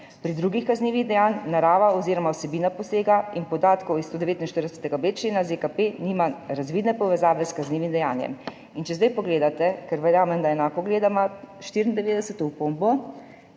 Pri drugih kaznivih dejanjih narava oziroma vsebina posega in podatkov iz 149.b člena ZKP nima nobene razvidne povezave s kaznivim dejanjem.« In če zdaj pogledate, ker verjamem, da enako gledava, 94. opombo,